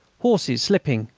horses slipping,